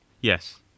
yes